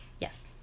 Yes